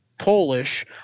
Polish